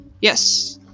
Yes